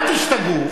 אל תשתגעו,